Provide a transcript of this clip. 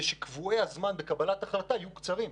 שקבועי הזמן בקבלת ההחלטה יהיו קצרים יותר.